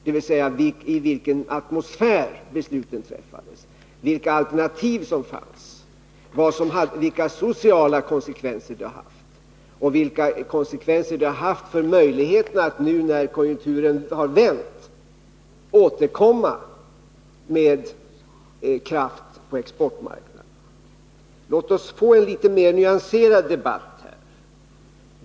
Jag syftar på den atmosfär i vilken besluten fattades, vilka alternativ som fanns, vilka sociala konsekvenser det haft och vilka konsekvenser det haft för möjligheterna att nu när konjunkturen har vänt återkomma med kraft på exportmarknaden. Låt oss få en något mera nyanserad debatt.